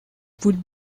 would